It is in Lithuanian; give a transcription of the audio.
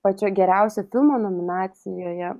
pačio geriausio filmo nominacijoje